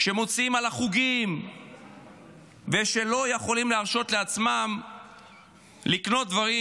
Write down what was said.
שמוציאים על החוגים ושלא יכולים להרשות לעצמם לקנות דברים